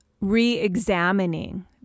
re-examining